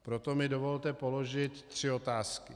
Proto mi dovolte položit tři otázky.